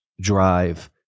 drive